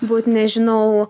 būt nežinau